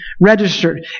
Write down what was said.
registered